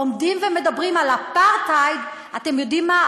עומדים ומדברים על אפרטהייד, אתם יודעים מה?